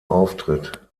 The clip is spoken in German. auftritt